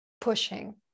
pushing